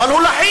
אבל הוא לחיץ.